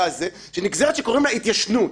לתקופת ההתיישנות,